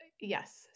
yes